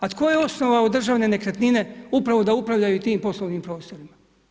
A tko je osnovao državne nekretnine upravo da upravljaju tim poslovnim prostorima?